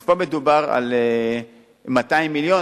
אז פה מדובר על 200 מיליון,